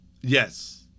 Yes